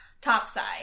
Topside